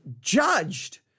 judged